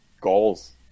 goals